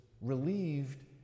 relieved